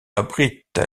abrite